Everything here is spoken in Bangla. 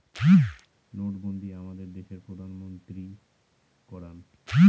নোটবন্ধী আমাদের দেশের প্রধানমন্ত্রী করান